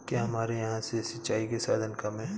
क्या हमारे यहाँ से सिंचाई के साधन कम है?